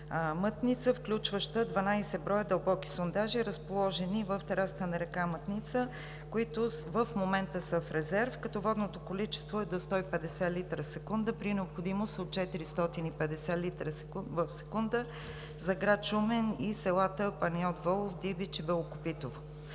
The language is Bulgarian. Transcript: „Мътница“, включваща 12 броя дълбоки сондажа, разположени в терасата на река Мътница, които в момента са в резерв, като водното количество е до 150 литра в секунда при необходимост от 450 литра в секунда за град Шумен и селата Панайот Волов, Дибич и Белокопитово.